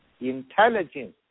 intelligence